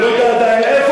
אני לא יודע עדיין איפה,